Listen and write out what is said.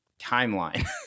timeline